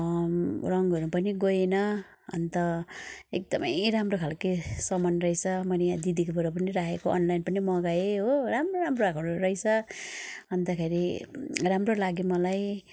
रङ्गहरू पनि गएन अन्त एकदम राम्रो खाले सामान रहेछ मैले यहाँ दिदीकोबाट पनि राखेको अनलाइन पनि मगाए हो राम्रो राम्रो आएको रहेछ अन्तखेरि राम्रो लाग्यो मलाई